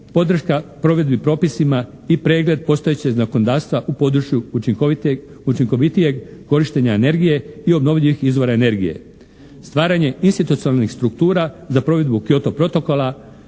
podrška provedbi propisima i pregled postojećeg zakonodavstva u području učinkovitijeg korištenja energije i obnovljivih izvora energije. Stvaranje institucionalnih struktura za provedbu Kyoto protokola